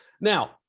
now